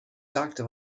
sagte